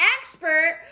Expert